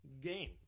game